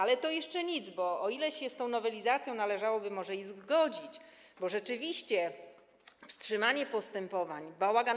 Ale to jeszcze nic, bo o ile się z tą nowelizacją należałoby może i zgodzić, bo rzeczywiście jest wstrzymanie postępowań, bałagan.